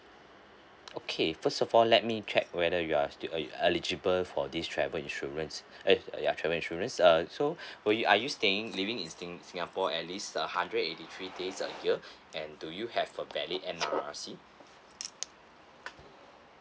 okay first of all let me check whether you are still uh eligible for this travel insurance uh ya travel insurance uh so were you are you staying living in sin~ singapore at least uh hundred and eighty three days a year and do you have a valid N_R_I_C